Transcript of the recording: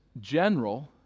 general